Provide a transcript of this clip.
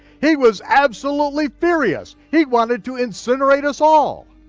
he was absolutely furious, he wanted to incinerate us all.